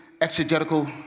exegetical